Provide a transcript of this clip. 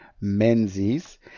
Menzies